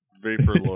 Vapor